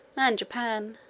and japan.